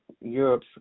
Europe